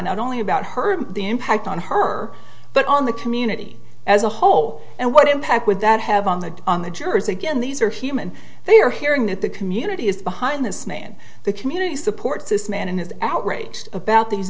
not only about her the impact on her but on the community as a whole and what impact would that have on the on the jurors again these are human they are hearing that the community is behind this man the community supports this man and is outraged about these